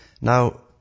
Now